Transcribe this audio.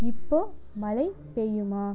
இப்போது மழை பெய்யுமா